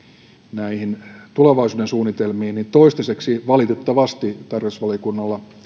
näihin tulevaisuuden suunnitelmiin niin toistaiseksi valitettavasti tarkastusvaliokunnalla